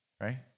right